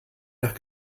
nach